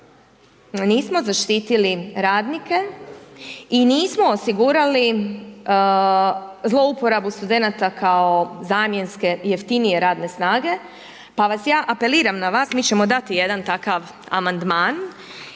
Nismo zaštitili radnike i nismo osigurali zlouporabu studenata kao zamjenske jeftinije radne snage, pa ja apeliram na vas, mi ćemo dati jedan takav amandman